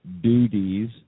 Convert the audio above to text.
duties